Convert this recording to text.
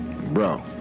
Bro